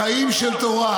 לחיים של תורה,